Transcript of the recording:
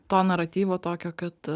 to naratyvo tokio kad